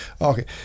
Okay